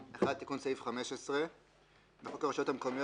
תיקון סעיף 15 1. בחוק הרשויות המקומיות